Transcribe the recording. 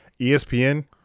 ESPN